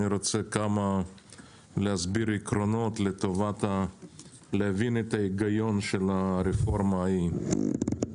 אני רוצה להסביר עקרונות כדי להבין את ההיגיון של הרפורמה ההיא.